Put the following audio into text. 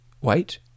Wait